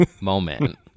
moment